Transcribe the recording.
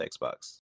Xbox